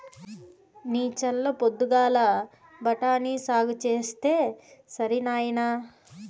నీ చల్ల పొద్దుగాల బఠాని సాగు చేస్తే సరి నాయినా